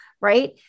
right